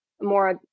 more